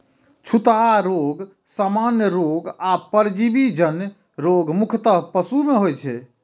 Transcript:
छूतहा रोग, सामान्य रोग आ परजीवी जन्य रोग मुख्यतः पशु मे होइ छै